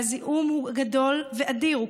והזיהום גדול ואדיר,